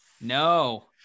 No